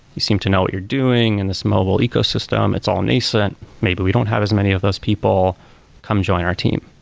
you seem to know what you're doing in this mobile ecosystem, it's all nascent and maybe we don't have as many of those people come join our team.